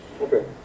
Okay